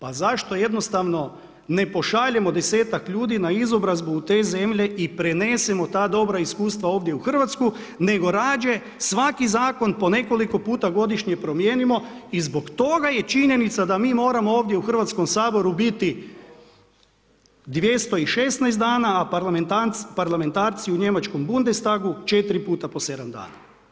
A zašto jednostavno ne pošaljemo desetak ljudi na izobrazbu u te zemlje i prenesemo ta dobra iskustava ovdje u Hrvatsku nego rađe svaki zakon po nekoliko puta godišnje promijenimo i zbog toga je činjenica da mi moramo ovdje u Hrvatskom saboru biti 216 dana, a parlamentarci u njemačkom Bundestagu 4 puta po 7 dana.